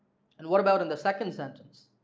and what about in the second sentence?